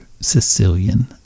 Sicilian